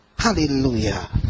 Hallelujah